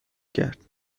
کرد